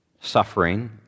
suffering